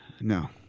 No